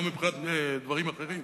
לא מבחינת דברים אחרים,